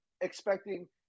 expecting